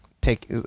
take